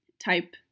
type